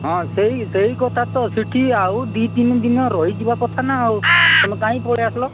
ହଁ ସେଇ ସେଇ କଥା ତ ସେଠି ଆଉ ଦୁଇ ତିନି ଦିନ ରହି ଯିବା କଥା ନା ତୁମେ କାହିଁ ପଳେଇ ଆସିଲ